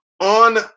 on